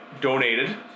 Donated